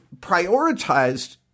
prioritized